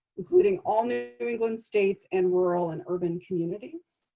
including all new england states and rural and urban communities.